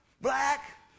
black